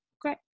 great